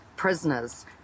prisoners